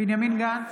בבקשה.